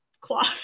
cloth